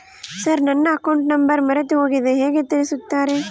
Sir ನನ್ನ account number ಮರೆತುಹೋಗಿದೆ ಹೇಗೆ ತಿಳಿಸುತ್ತಾರೆ?